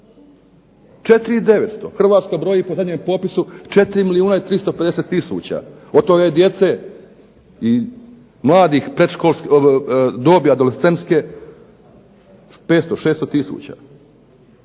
4 i 900 Hrvatska broji po zadnjem popisu, 4 milijuna i 350 tisuća, od toga je djece i mladih predškolske dobi, adolescentske 500, 600 tisuća.